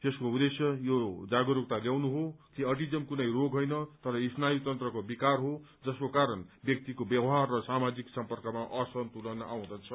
यसको उद्देश्य यो जागरूकता ल्याउनु हो कि अटिज्म कुनै रोग होइन तर स्नायु तन्त्रको विकार हो जसको कारण व्यक्तिको व्यवहार र सामाजिक सम्पर्कमा असन्तुलन आउँदछ